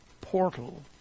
portal